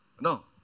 No